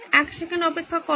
এক সেকেন্ড অপেক্ষা করুন